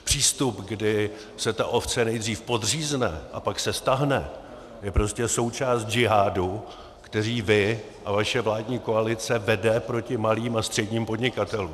Přístup, kdy se ta ovce nejdřív podřízne a pak se stáhne, je prostě součást džihádu, který vy a vaše vládní koalice vedete proti malým a středním podnikatelům.